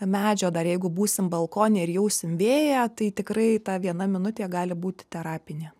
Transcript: medžio dar jeigu būsim balkone ir jausim vėją tai tikrai ta viena minutė gali būti terapinė